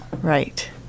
Right